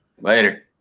Later